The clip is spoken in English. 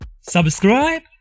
subscribe